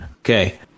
Okay